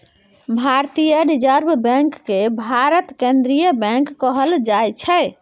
भारतीय reserve bank केँ भारतक केंद्रीय बैंक कहल जाइ छै